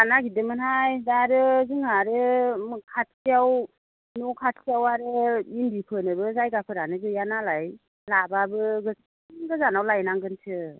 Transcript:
लानो नागिरदोंमोनहाय दा आरो जोंहा आरो खाथियाव न' खाथियाव आरो इन्दि फोनोबो जायगाफोरानो गैया नालाय लाबाबो गोजान गोजानाव लायनांगोनसो